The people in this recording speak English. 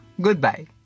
goodbye